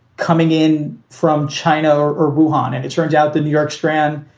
coming in from china or rouhani. and it turns out the new york stran,